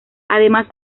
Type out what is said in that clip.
además